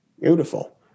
Beautiful